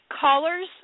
callers